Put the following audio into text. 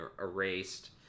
erased